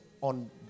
on